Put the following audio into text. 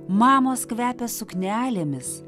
mamos kvepia suknelėmis